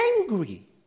angry